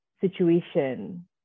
situation